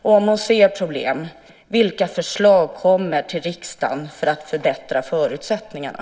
Och om hon ser problem: Vilka förslag kommer till riksdagen för att förbättra förutsättningarna?